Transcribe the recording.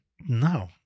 No